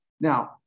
Now